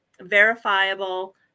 verifiable